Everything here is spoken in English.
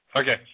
Okay